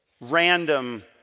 random